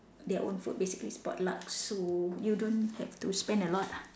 their own food basically it's potluck so you don't have to spend a lot ah